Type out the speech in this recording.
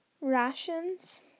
Rations